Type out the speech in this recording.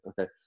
okay